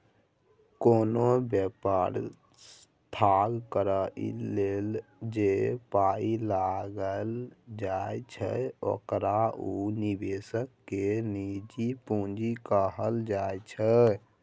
कोनो बेपार ठाढ़ करइ लेल जे पाइ लगाइल जाइ छै ओकरा उ निवेशक केर निजी पूंजी कहल जाइ छै